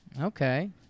Okay